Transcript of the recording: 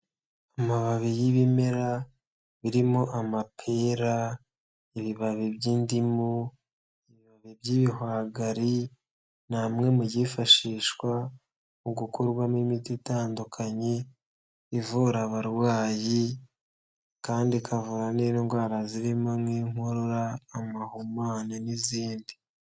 Amababi y'ibimera birimo amapera, ibibabi by'indimu, ibibabi by'ibihwagari, ni imwe mu byifashishwa mu gukorwamo imiti itandukanye ivura abarwayi kandi ikavura n'indwara zirimo nk'inkorora, amahumane n'izindi.